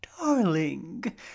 darling